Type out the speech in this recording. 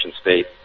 state